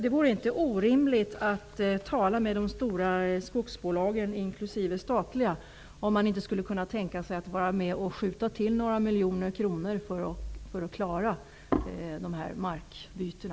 Det vore inte orimligt att tala med de stora skogsbolagen, inklusive de statliga, om de inte skulle kunna tänka sig att vara med och skjuta till några miljoner kronor för att klara dessa markbyten.